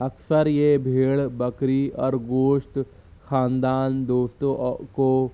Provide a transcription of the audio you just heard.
اکثر یہ بھیڑ بکری اور گوشت خاندان دوستوں کو